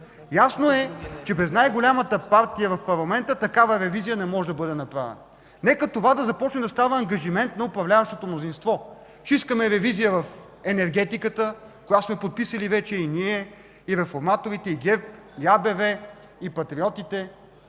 Ясно е, че без най-голямата партия в парламента такава ревизия не може да бъде направена. Нека това да започне да става ангажимент на управляващото мнозинство. Ще искаме ревизия в енергетиката – това сме подписали вече и ние, и реформаторите, и ГЕРБ, и АБВ, и патриотите.